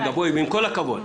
עם כל הכבוד,